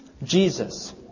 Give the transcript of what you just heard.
Jesus